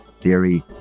theory